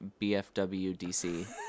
BFWDC